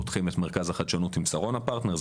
פותחים את מרכז החדשנות עם שרונה פרטנרס,